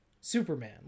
Superman